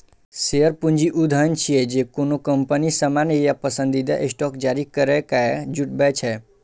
share पूंजी ऊ धन छियै, जे कोनो कंपनी सामान्य या पसंदीदा स्टॉक जारी करैके जुटबै छै